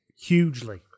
hugely